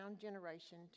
generation